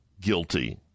guilty